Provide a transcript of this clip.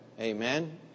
Amen